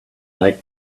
make